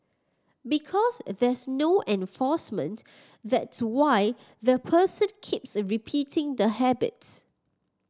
because there's no enforcement that's why the person keeps repeating the habits